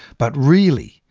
but really,